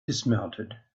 dismounted